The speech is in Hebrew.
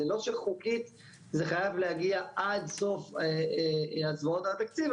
זה לא שחוקית זה חייב להגיע עד סוף ההצבעות על התקציב,